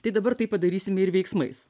tai dabar tai padarysim ir veiksmais